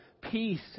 Peace